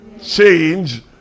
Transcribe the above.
Change